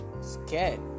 scared